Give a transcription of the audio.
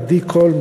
עדי קול,